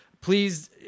please